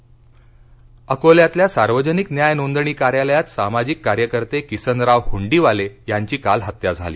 अकोला अकोल्यातल्या सार्वजनिक न्याय नोंदणी कार्यालयात सामाजिक कार्यकर्ते किसनराव हुंडीवाले यांची काल हत्या झाली